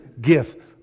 gift